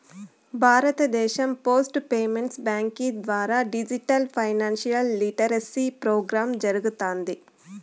భారతదేశం post payments బ్యాంకీ ద్వారా డిజిటల్ ఫైనాన్షియల్ లిటరసీ ప్రోగ్రామ్ జరగతాంది